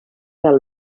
del